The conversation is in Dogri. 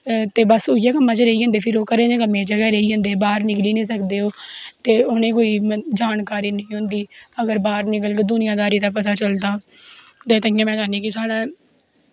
ते बस उ'ऐ कम्मा च रेही जंदे ओह् उ'नें कम्में च रेही जंदे बाह्र निकली निं सकदे ओह् ते उ'नें कोई जानकारी निं होंदी अगर बाह्र निकलगे दुनियां दारी दा पता चलदा ते ताइयैं में केह्नी कि साढ़ा